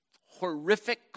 horrific